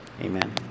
Amen